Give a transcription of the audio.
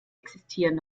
existieren